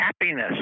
happiness